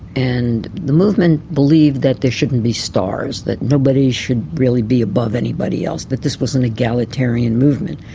and the movement believed that there shouldn't be stars, that nobody should really be above anybody else, that this was an egalitarian movement.